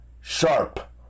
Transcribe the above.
sharp